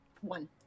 One